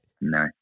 No